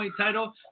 title